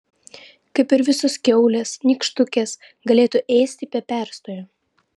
kaip ir visos kiaulės nykštukės galėtų ėsti be perstojo